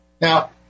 Now